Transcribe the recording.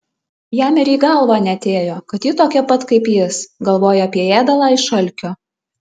jam ir į galvą neatėjo kad ji tokia pat kaip jis galvoja apie ėdalą iš alkio